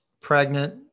pregnant